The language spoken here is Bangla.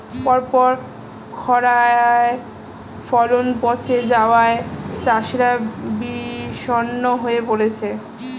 পরপর খড়ায় ফলন পচে যাওয়ায় চাষিরা বিষণ্ণ হয়ে পরেছে